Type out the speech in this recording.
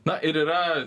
na ir yra